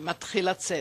שם מתחיל הצדק.